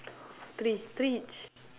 three three each